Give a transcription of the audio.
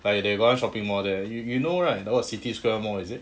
like there is one shopping mall there you know right where city square mall is it